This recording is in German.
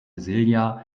silja